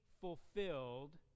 fulfilled